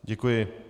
Děkuji.